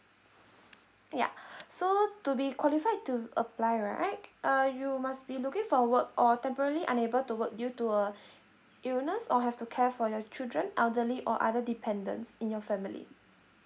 ya so to be qualified to apply right uh you must be looking for work or temporarily unable to work due to a illness or have to care for your children elderly or other dependents in your family